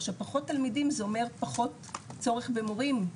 עכשיו פחות תלמידים זה אומר פחות צורך במורים,